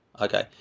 Okay